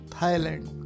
Thailand